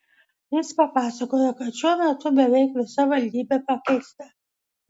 jis papasakojo kad šiuo metu beveik visa valdyba pakeista